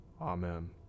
Amen